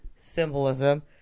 symbolism